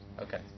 Okay